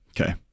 Okay